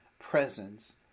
presence